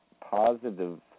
positive